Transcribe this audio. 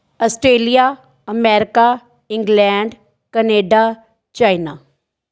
Australia America England Canada China